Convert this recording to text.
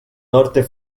norte